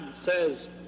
says